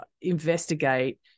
investigate